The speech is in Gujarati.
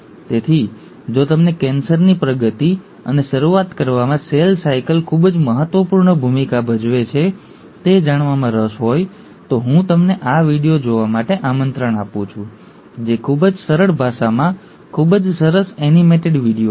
તેથી જો તમને કેન્સરની પ્રગતિ અને શરૂઆત કરવામાં સેલ સાયકલ ખૂબ જ મહત્વપૂર્ણ ભૂમિકા ભજવે છે તે જાણવામાં રસ હોય તો હું તમને આ વિડિઓ જોવા માટે આમંત્રણ આપું છું જે ખૂબ જ સરળ ભાષામાં ખૂબ જ સરસ એનિમેટેડ વિડિઓ છે